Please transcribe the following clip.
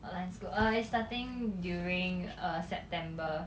online school uh it's starting during september